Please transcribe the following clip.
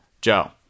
Joe